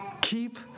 Keep